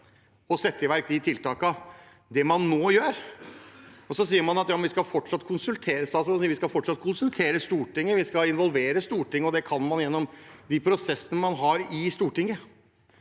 og sette i verk tiltak. Det man nå gjør, er å si: Ja, men vi skal fortsatt konsultere via statsråden, vi skal fortsatt konsultere Stortinget, vi skal involvere Stortinget, og det kan man gjennom de prosessene man har i Stortinget.